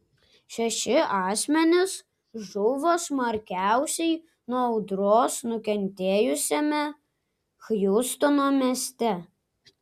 šeši asmenys žuvo smarkiausiai nuo audros nukentėjusiame hjustono mieste